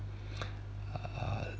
err